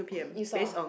you saw ah